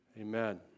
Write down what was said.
Amen